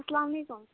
اَسلامُ علیکُم